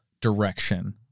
direction